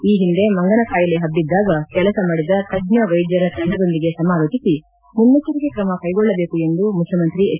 ಈ ಹಿಂದೆ ಮಂಗನ ಕಾಯಿಲೆ ಹಬ್ಬಿದ್ದಾಗ ಕೆಲಸ ಮಾಡಿದ ತಜ್ಞ ವೈದ್ಯರ ತಂಡದೊಂದಿಗೆ ಸಮಾಲೋಚಿಸಿ ಮುನ್ನೆಚ್ಚರಿಕೆ ತ್ರಮ ಕೈಗೊಳ್ಳಬೇಕು ಎಂದು ಮುಖ್ಯಮಂತ್ರಿ ಹೆಚ್